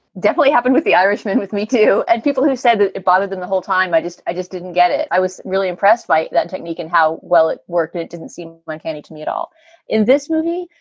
definitely happened with the irishman, with me too. and people who said that it bothered them the whole time. i just i just didn't get it. i was really impressed by that technique and how well it worked. it didn't seem like anything and to me at all in this movie.